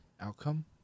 outcome